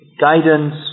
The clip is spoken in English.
guidance